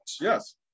Yes